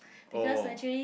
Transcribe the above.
oh